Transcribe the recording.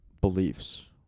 beliefs